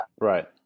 Right